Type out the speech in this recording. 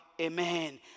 Amen